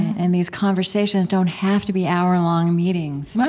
and these conversations don't have to be hourlong meetings,